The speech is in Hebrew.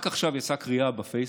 רק עכשיו יצאה קריאה בפייסבוק,